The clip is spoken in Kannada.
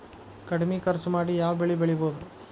ಕಡಮಿ ಖರ್ಚ ಮಾಡಿ ಯಾವ್ ಬೆಳಿ ಬೆಳಿಬೋದ್?